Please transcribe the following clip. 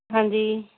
ਹਾਂਜੀ